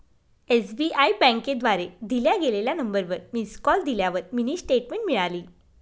SBI बँकेद्वारे दिल्या गेलेल्या नंबरवर मिस कॉल दिल्यावर मिनी स्टेटमेंट मिळाली